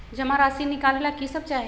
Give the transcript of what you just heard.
जमा राशि नकालेला कि सब चाहि?